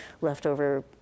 leftover